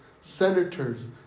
senators